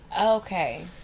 Okay